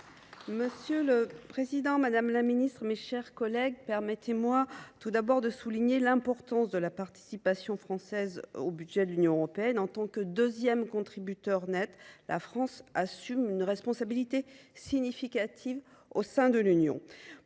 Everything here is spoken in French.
Monsieur le président, madame la secrétaire d’État, mes chers collègues, permettez moi tout d’abord de souligner l’importance de la participation française au budget de l’Union européenne. En tant que deuxième contributeur net, la France assume une responsabilité significative au sein de l’Union.